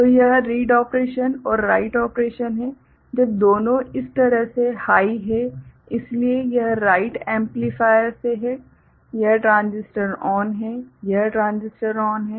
तो यह read operation और राइट ऑपरेशन है जब दोनों इस तरफ से हाइ हैं इसलिए यह राइट एम्पलीफायर से है यह ट्रांजिस्टर ON है यह ट्रांजिस्टर ON है